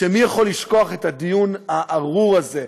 ומי יכול לשכוח את הדיון הארור הזה,